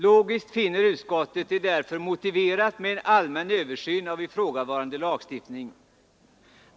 Logiskt finner utskottet det därför ”motiverat med en allmän översyn av ifrågavarande lagstiftning”.